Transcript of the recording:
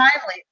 timely